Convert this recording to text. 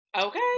Okay